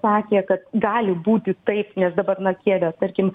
sakė kad gali būti taip nes dabar na kijeve tarkim